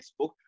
facebook